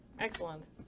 excellent